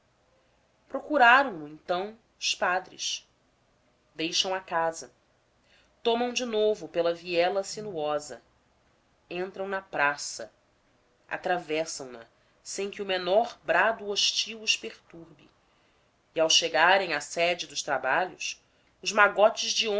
procuraram no então os padres deixam a casa tomam de novo pela viela sinuosa entram na praça atravessam na sem que o menor brado hostil os perturbe e ao chegarem à sede dos trabalhos os magotes de